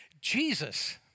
Jesus